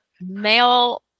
male